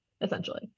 essentially